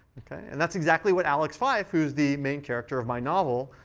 and that's exactly what alex fife, who's the main character of my novel,